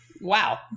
Wow